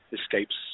escapes